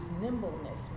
nimbleness